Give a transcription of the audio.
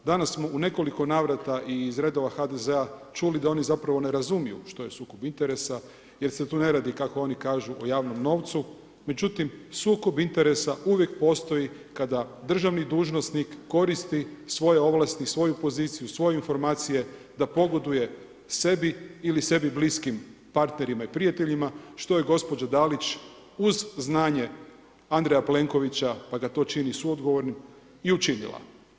Danas smo u nekoliko navrata i iz redova HDZ-a čuli da oni zapravo ne razumiju što je sukob interesa jer se tu ne radi kako oni kažu o javnom novcu, međutim sukob interesa uvijek postoji kada državni dužnosnik koristi svoje ovlasti, svoju poziciju, svoje informacije da pogoduje sebi ili sebi bliskim partnerima i prijateljima što je gospođa Dalić uz znanje Andreja Plenkovića, pa ga to čini suodgovornim, i učinila.